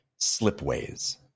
Slipways